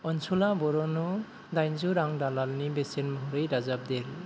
अनसुला बर'नो दाइनजौ रां दालालनि बेसेन महरै दाजाबदेर